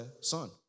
son